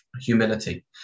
humility